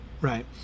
right